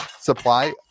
supply